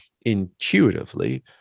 intuitively